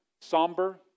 somber